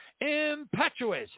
impetuous